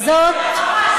של ה"חמאס".